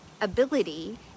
ability